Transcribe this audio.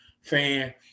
fan